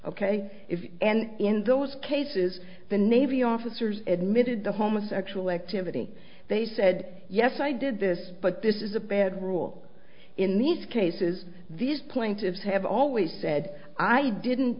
you and in those cases the navy officers admitted to homosexual activity they said yes i did this but this is a bad rule in these cases these plaintiffs have always said i didn't